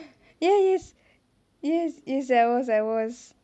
ya yes yes yes I was I was